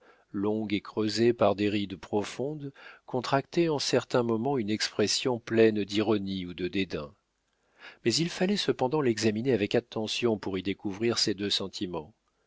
longue et creusée par des rides profondes contractait en certains moments une expression pleine d'ironie ou de dédain mais il fallait cependant l'examiner avec attention pour y découvrir ces deux sentiments